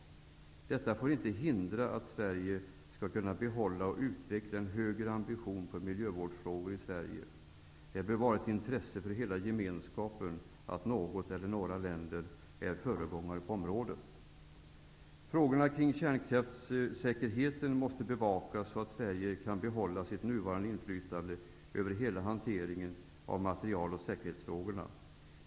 Detta får inte hindra att Sverige skall kunna bibehålla och utveckla en högre ambition i miljövårdsfrågor i Sverige. Det bör vara ett intresse för hela Gemenskapen att något eller några länder är föregångare på området. 3. Frågorna kring kärnkraftssäkerheten måste bevakas så att Sverige kan behålla sitt nuvarande inflytande över hela hanteringen av material och säkerhetsfrågorna.